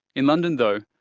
in london, though,